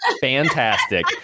fantastic